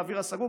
לאוויר הסגור,